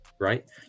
right